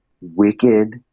wicked